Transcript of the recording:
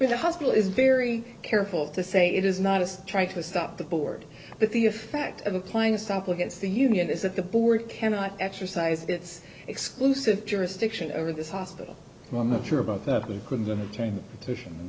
is the hospital is very careful to say it is not to try to stop the board but the effect of applying a sample against the union is that the board cannot exercise its exclusive jurisdiction over this hospital